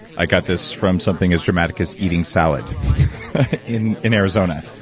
i got this from something as dramatic as eating salad in in arizona.